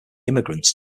immigrants